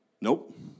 nope